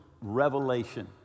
Revelation